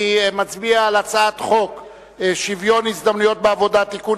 אני מצביע על הצעת חוק שוויון ההזדמנויות בעבודה (תיקון,